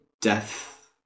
death